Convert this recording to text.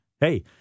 hey